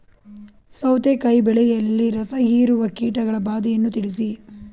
ಸೌತೆಕಾಯಿ ಬೆಳೆಯಲ್ಲಿ ರಸಹೀರುವ ಕೀಟಗಳ ಬಾಧೆಯನ್ನು ತಿಳಿಸಿ?